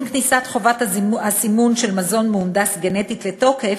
עם כניסת חובת הסימון של מזון מהונדס גנטית לתוקף,